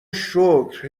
شکر